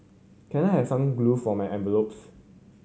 can I have some glue for my envelopes